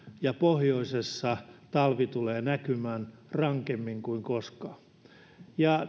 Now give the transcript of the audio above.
ja pohjoisessa talvi tulee näkymään rankemmin kuin koskaan ja